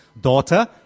daughter